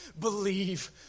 believe